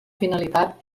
finalitat